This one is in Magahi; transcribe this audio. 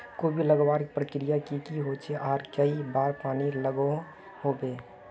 कोबी लगवार प्रक्रिया की की होचे आर कई बार पानी लागोहो होबे?